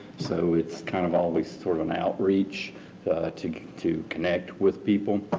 so, it's kind of always sort of an outreach to to connect with people.